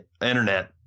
internet